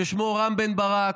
ששמו רם בן ברק,